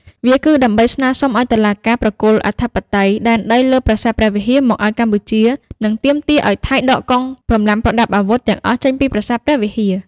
វាគឺដើម្បីស្នើសុំឱ្យតុលាការប្រគល់អធិបតេយ្យដែនដីលើប្រាសាទព្រះវិហារមកឱ្យកម្ពុជា និងទាមទារឱ្យថៃដកកងកម្លាំងប្រដាប់អាវុធទាំងអស់ចេញពីប្រាសាទព្រះវិហារ។